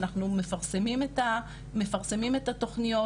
אנחנו מפרסמים את התוכניות,